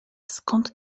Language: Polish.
skąd